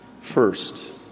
First